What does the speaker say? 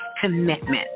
commitment